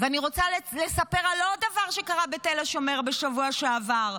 ואני רוצה לספר על עוד דבר שקרה בתל השומר בשבוע שעבר.